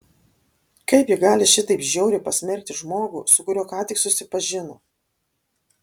kaip ji gali šitaip žiauriai pasmerkti žmogų su kuriuo ką tik susipažino